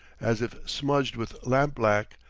as if smudged with lamp-black,